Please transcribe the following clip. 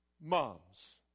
moms